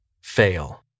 fail